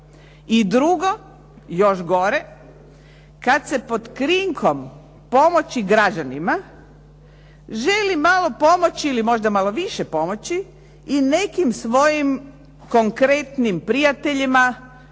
I drugo, još gore, kada se pod krinkom pomoći građanima želi malo pomoći ili možda malo više pomoći i nekim svojim konkretnim prijateljima